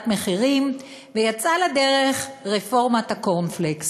מחירים ויצאה לדרך רפורמת הקורנפלקס.